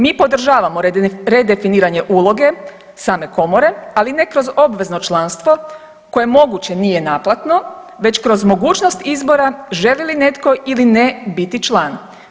Mi podržavamo redefiniranje uloge same Komore, ali ne kroz obvezno članstvo koje moguće nije naplatno, već kroz mogućnost izbora želi li netko ili ne, biti član.